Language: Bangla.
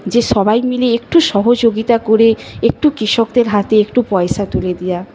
যে সবাই মিলে একটু সহযোগিতা করে একটু কৃষকদের হাতে একটু পয়সা তুলে দেওয়া